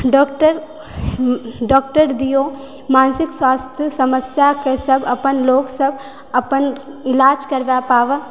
doctor doctor दिऔ मानसिक स्वास्थ्य समस्याके अपन लोक सब अपन इलाज करवा पाबय